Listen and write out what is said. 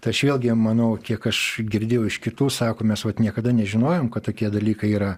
tai aš vėlgi manau kiek aš girdėjau iš kitų sako mes vat niekada nežinojom kad tokie dalykai yra